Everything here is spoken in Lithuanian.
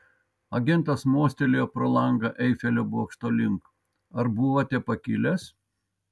agentas mostelėjo pro langą eifelio bokšto link ar buvote pakilęs